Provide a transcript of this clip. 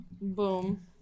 Boom